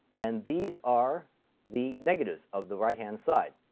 and these are the negatives of the right-hand side.